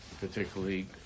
particularly